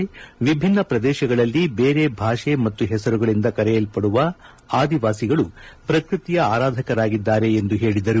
ದೇಶದ ವಿಭಿನ್ನ ಪ್ರದೇಶಗಳಲ್ಲಿ ಬೇರೆ ಭಾಷೆ ಮತ್ತು ಹೆಸರುಗಳಿಂದ ಕರೆಯಲ್ಪಡುವ ಆದಿವಾಸಿಗಳು ಪ್ರಕೃತಿಯ ಆರಾಧಕರಾಗಿದ್ದಾರೆ ಎಂದು ಹೇಳಿದರು